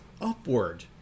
upward